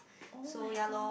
so ya lor